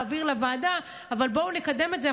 תומכת בהעברה לוועדה אבל בואו נקדם את זה.